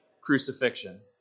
crucifixion